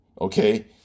Okay